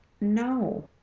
No